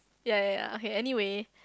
ya ya ya okay anyway